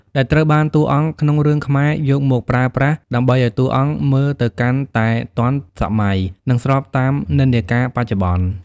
ដែលត្រូវបានតួអង្គក្នុងរឿងខ្មែរយកមកប្រើប្រាស់ ដើម្បីឲ្យតួអង្គមើលទៅកាន់តែទាន់សម័យ និងស្របតាមនិន្នាការបច្ចុប្បន្ន។